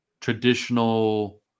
traditional